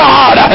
God